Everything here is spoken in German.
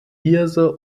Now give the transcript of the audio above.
hirse